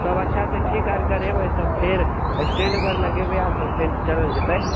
साब अच्छा से ठीक आर करबै तऽ फेर स्टेण्ड पर लगेबै हम तऽ फेर चलल जेतै